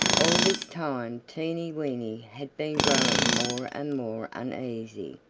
all this time teeny weeny had been growing more and more uneasy.